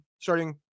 starting